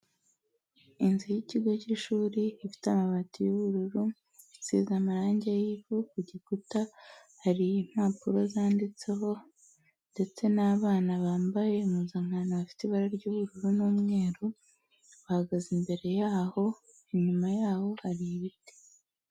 Inzu y'ikigo cy'ishuri ifite amabati y'ubururu, isezeze amarangi y'ubururu ku gikuta, hari impapuro zanditseho ndetse n'abana bambaye impuzankano, bafite ibara ry'ubururu n'umweru bahagaze imbere y'aho, inyuma y'abo ari ibiti.